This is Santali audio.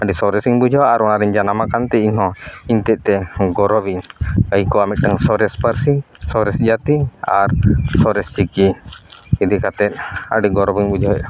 ᱟᱹᱰᱤ ᱥᱚᱨᱮᱥᱤᱧ ᱵᱩᱡᱷᱟᱹᱣᱟ ᱟᱨ ᱚᱱᱟᱨᱤᱧ ᱡᱟᱱᱟᱢ ᱟᱠᱟᱱᱛᱮ ᱤᱧᱦᱚᱸ ᱤᱧᱛᱮᱫ ᱛᱮ ᱜᱚᱨᱚᱵᱽ ᱤᱧ ᱟᱹᱭᱠᱟᱹᱣᱟ ᱢᱤᱫᱴᱟᱝ ᱥᱚᱨᱮᱥ ᱯᱟᱹᱨᱥᱤ ᱥᱚᱨᱮᱥ ᱡᱟᱛᱤ ᱟᱨ ᱥᱚᱨᱮᱥ ᱪᱤᱠᱤ ᱤᱫᱤ ᱠᱟᱛᱮᱫ ᱟᱹᱰᱤ ᱜᱚᱨᱚᱵᱽᱤᱧ ᱵᱩᱡᱷᱟᱹᱣᱮᱫᱼᱟ